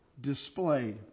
display